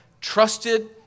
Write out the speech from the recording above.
trusted